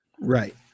right